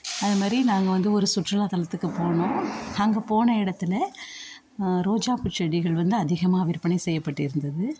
அது மாதிரி நாங்கள் வந்து ஒரு சுற்றுலாத்தலத்துக்கு போனோம் அங்கே போன இடத்துல ரோஜாப்பூ செடிகள் வந்து அதிகமாக விற்பனை செய்யப்பட்டு இருந்தது